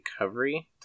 recovery